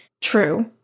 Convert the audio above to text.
true